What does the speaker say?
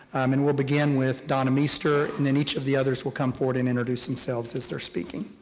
um and we'll begin with donna meester, and then each of the others will come forward and introduce themselves as they're speaking.